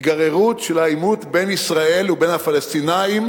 היגררות של העימות בין ישראל ובין הפלסטינים